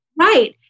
Right